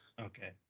Okay